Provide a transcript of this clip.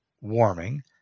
warming